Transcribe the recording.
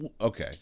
Okay